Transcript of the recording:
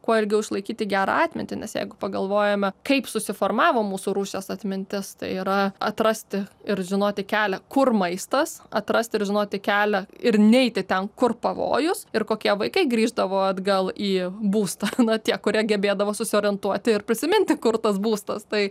kuo ilgiau išlaikyti gerą atmintį nes jeigu pagalvojame kaip susiformavo mūsų rūšies atmintis tai yra atrasti ir žinoti kelią kur maistas atrasti ir žinoti kelią ir neiti ten kur pavojus ir kokie vaikai grįždavo atgal į būstą na tie kurie gebėdavo susiorientuoti ir prisiminti kur tas būstas tai